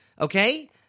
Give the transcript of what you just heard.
Okay